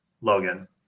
Logan